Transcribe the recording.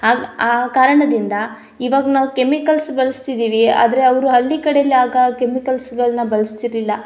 ಆ ಆ ಕಾರಣದಿಂದ ಇವಾಗ ನಾವು ಕೆಮಿಕಲ್ಸ್ ಬಳಸ್ತಿದೀವಿ ಆದರೆ ಅವರಯ ಹಳ್ಳಿಕಡೆಯಲ್ಲಿ ಆಗ ಆ ಕೆಮಿಕಲ್ಸ್ಗಳನ್ನು ಬಳಸ್ತಿರ್ಲಿಲ್ಲ